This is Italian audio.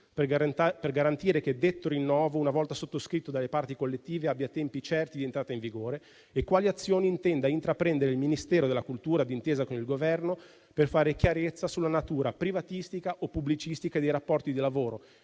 per garantire che detto rinnovo, una volta sottoscritto dalle parti collettive, abbia tempi certi di entrata in vigore; quali azioni intenda intraprendere il Ministero della cultura, d'intesa con il Governo, per fare chiarezza sulla natura privatistica o pubblicistica dei rapporti di lavoro